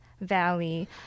Valley